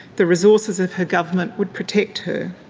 the resources of her government would protect her.